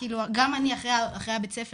גם אני אחרי ביה"ס,